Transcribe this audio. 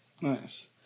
Nice